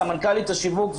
סמנכ"לית השיווק,